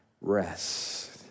rest